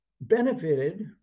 benefited